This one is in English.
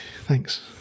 Thanks